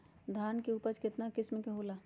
धान के उपज केतना किस्म के होला?